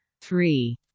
three